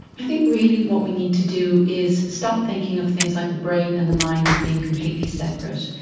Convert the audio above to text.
i think really what we need to do is stop thinking of things like the brain and the mind as being completely separate.